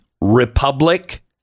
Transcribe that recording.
republic